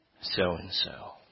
so-and-so